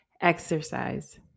Exercise